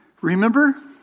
Remember